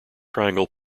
triangle